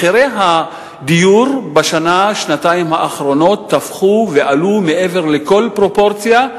מחירי הדיור בשנה-שנתיים האחרונות תפחו ועלו מעבר לכל פרופורציה,